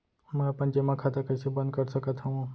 मै अपन जेमा खाता कइसे बन्द कर सकत हओं?